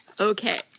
Okay